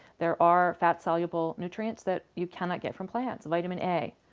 there are fat soluble nutrients that you cannot get from plants vitamin a,